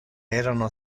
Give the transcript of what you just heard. erano